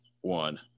one